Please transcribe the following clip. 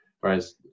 whereas